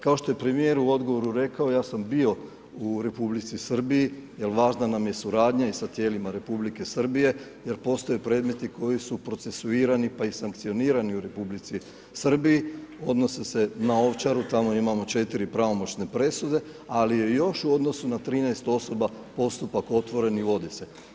Kao što je premijer u odgovoru rekao, ja sam bio u Republici Srbiji jer važna nam je suradnja i sa tijelima Republike Srbije jer postoje predmeti koji su procesuirani pa i sankcionirani u Republici Srbiji, odnose na Ovčaru, tamo imamo 4 pravomoćne presude, ali je još u odnosu na 13 osoba postupak otvoren i vodi se.